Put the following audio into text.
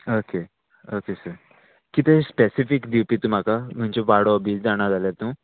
okay okay sir कितें specific दिवपी तूं म्हाका खंयचे वाडो बी जाणा जाल्या तूं